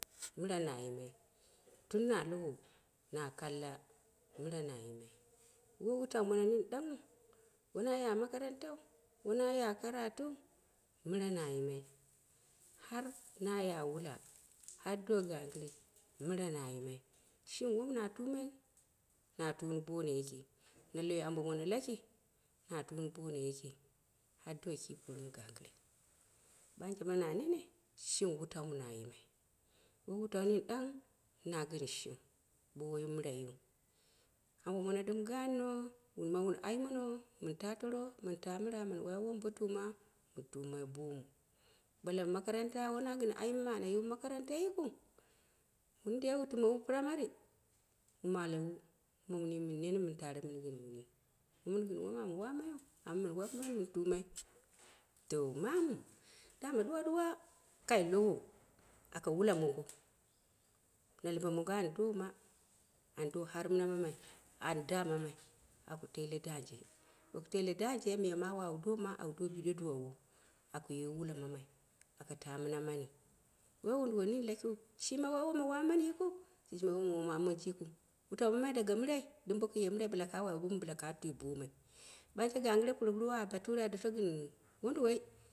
Mɨra na yim, tun na lowo na kalla mira na yimai woi wutau mono nini danghu wona ya makarantau, wo na ya karatuu mira ne yimai har na ya wula, har do gangire mira na yimai shimi wom na tumai na tuni boono yiki na loi ambo mono laki na tuni bono yiki hai do kii pori mi gangire na bina na nene shimi wutau mɨ na yimai woi wutau nini danghu mɨ na gɨn shike bo wai miraiu, ambom ono ɗɨm ganno wunma wun aimono mɨn ta tor mɨn ta mira mɨn wai wombotuma mɨn tumai boomu, bo lau makaranta wona gɨn ayim mɨ ana yiwu makaranta yikiu, wuni dai wu timwu primary wu malewu moi wuni mɨn nene mɨn tare gɨn wuni, woi mɨn wom wamaiu, amma mɨn wai kumat mɨn tumai to mamu dama ɗuwe-ɗuwa kai lowo aka wula mongo, na lambe mongo an doma, ah do har mina mamai an daa mamai aka tele dangje, bo ka tele dangje me miya mawu awu do biɗe duwawo aku ye wula mamai aka ta mina mani woi wunduwoi nini lakiu shima woi woma wama mani yikiu, shijima woi wona wama monji yikiu, wutau mamai daga mirai, dɨm boku ye mira bila ka wa wom aku tumai bo mai, ɓanje gangɨre puroguru a ayi bature a donnu gɨn.